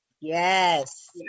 yes